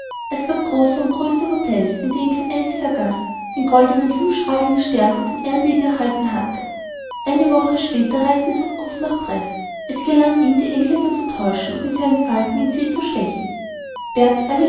es gab große und größte htels in denen kein einziger gast den goldenen fünfstrahligen stern und einen ehrendegen erhalten hatte eine woche später reiste surcouf nach brest es gelang ihm die engländer zu täuschen und mit seinem falken in see zu stechen bert